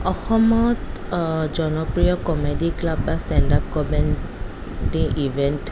অসমত জনপ্ৰিয় comedy club বা ষ্টেণ্ড আপ কমেডী ইভেণ্ট